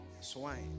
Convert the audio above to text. Swine